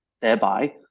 thereby